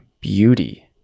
beauty